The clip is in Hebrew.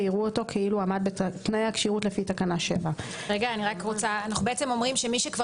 יראו אותו כאילו עמד בתנאי הכשירות לפי תקנה 7. אנו אומרים שמי שכבר